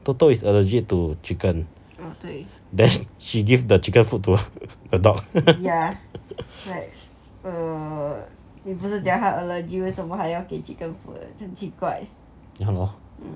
toto is allergic to chicken then she gave the chicken food to the dog ya lor